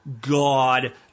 god